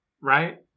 right